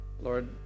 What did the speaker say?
Lord